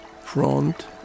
Front